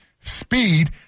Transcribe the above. speed